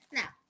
now